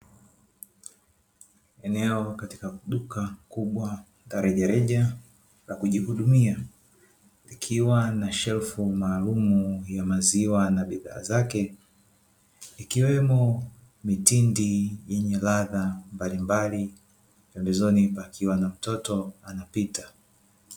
Eneo katika duka kubwa la rejareja la kujihudumia likiwa na shelfu maalumu ya maziwa na bidhaa zake. Ikiwemo mitindi yenye ladha mbalimbali, pembezoni pakiwa na mtoto anapita.